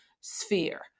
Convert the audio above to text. sphere